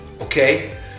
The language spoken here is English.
okay